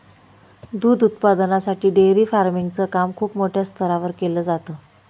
दूध उत्पादनासाठी dairy farming च काम खूप मोठ्या स्तरावर केल जात